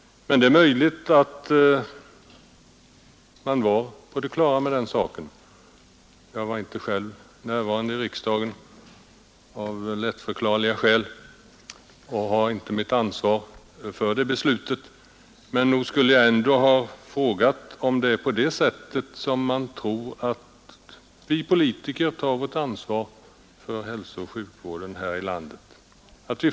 Men det är möjligt att det var en allmän uppfattning. Jag var då inte själv närvarande i riksdagen — av lättförklarliga skäl — och har inte något ansvar för beslutet. Men nog skulle jag ha frågat, om vi politiker därigenom hade tagit ansvar för att det sker en samlad bedömning av hälsooch sjukvården här i landet.